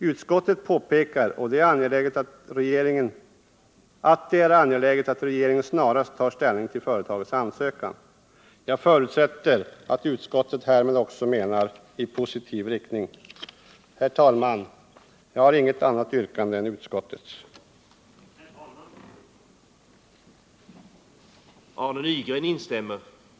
Utskottet påpekar att det är angeläget att regeringen snarast tar ställning till företagets ansökan. Jag förutsätter att utskottet härmed också menar i positiv riktning. Herr talman! Jag har inget annat yrkande än om bifall till utskottets hemställan.